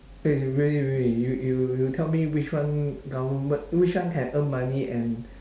is really really you you you tell me which one government which one can earn money and